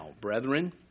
brethren